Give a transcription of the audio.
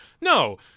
No